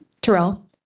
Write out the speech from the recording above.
Terrell